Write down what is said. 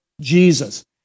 Jesus